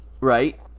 right